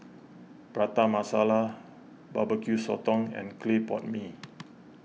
Prata Masala BBQ Sotong and Clay Pot Mee